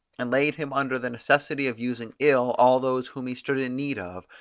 and laid him under the necessity of using ill all those whom he stood in need of,